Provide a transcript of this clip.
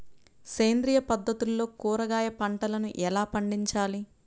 సేంద్రియ పద్ధతుల్లో కూరగాయ పంటలను ఎలా పండించాలి?